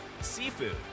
seafood